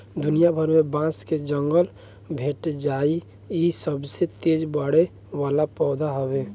दुनिया भर में बांस के जंगल भेटा जाइ इ सबसे तेज बढ़े वाला पौधा हवे